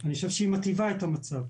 אני חושב שהיא מיטיבה את המצב.